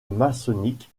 maçonnique